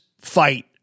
fight